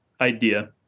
idea